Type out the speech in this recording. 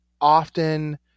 often